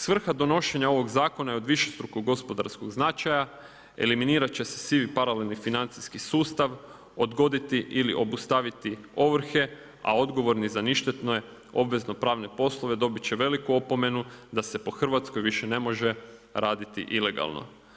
Svrha donošenja ovog zakona je od višestrukog gospodarskog značaja, eliminirat će se sivi paralelni financijski sustav, odgoditi ili obustaviti ovrhe, a odgovorni za ništetne obvezno-pravne poslove, dobit će veliku opomenu da se po Hrvatskoj više ne može raditi ilegalno.